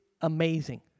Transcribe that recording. amazing